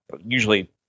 usually